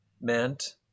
meant